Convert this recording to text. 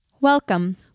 Welcome